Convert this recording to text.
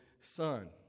son